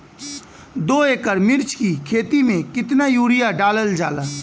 दो एकड़ मिर्च की खेती में कितना यूरिया डालल जाला?